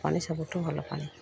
ପାଣି ସବୁଠୁ ଭଲ ପାଣି